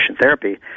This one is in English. therapy